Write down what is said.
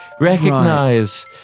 recognize